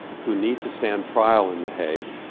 who need to stand trial in the hague.